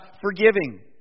forgiving